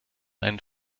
einen